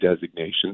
designations